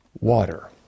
water